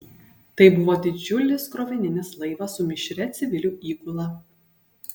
tai buvo didžiulis krovininis laivas su mišria civilių įgula